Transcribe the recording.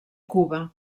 cuba